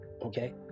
Okay